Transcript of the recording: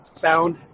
found